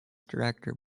director